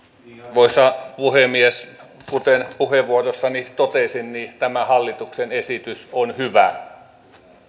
arvoisa puhemies kuten puheenvuorossani totesin tämä hallituksen esitys on hyvä